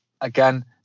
Again